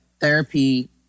therapy